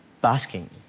basking